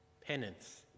penance